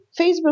Facebook